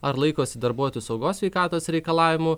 ar laikosi darbuotojų saugos sveikatos reikalavimų